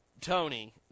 Tony